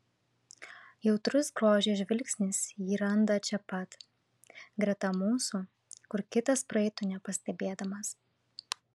jautrus grožiui žvilgsnis jį randa čia pat greta mūsų kur kitas praeitų nepastebėdamas